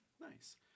Nice